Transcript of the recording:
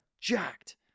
jacked